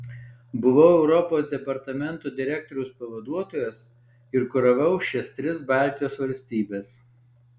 buvau europos departamento direktoriaus pavaduotojas ir kuravau šias tris baltijos valstybes